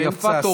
זה יפה,